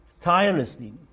tirelessly